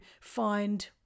find